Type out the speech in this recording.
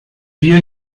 wir